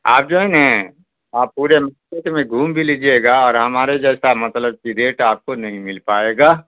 آپ جو ہے نا آپ پورے مارکیٹ میں گھوم بھی لیجیے گا اور ہمارے جیسا مطلب کہ ریٹ آپ کو نہیں مل پائے گا